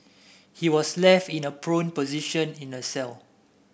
he was left in a prone position in the cell